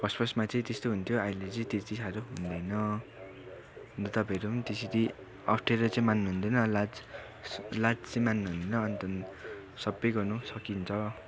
first फर्स्टमा चाहिँ त्यस्तो हुन्थ्यो अहिले चाहिँ त्यति साह्रो हुँदैन अनि तपाईँहरू पनि त्यसरी अप्ठ्यारो चाहिँ मान्नु हुँदैन लाज लाज चाहिँ मान्नु हुँदैन अन्त सबै गर्नु सकिन्छ